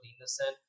innocent